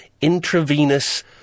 intravenous